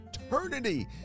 eternity